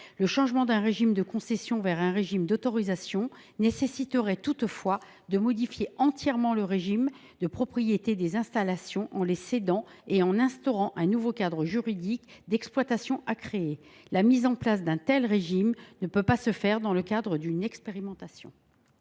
Le passage d’un régime de concession à un régime d’autorisation nécessiterait toutefois de modifier entièrement le régime de propriété des installations, par leur cession et la création d’un nouveau cadre juridique d’exploitation ; or la mise en place d’un tel régime ne peut se faire dans le cadre d’une expérimentation.